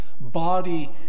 Body